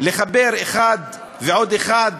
לחבר אחת ועוד אחת